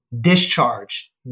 Discharge